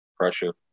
Pressure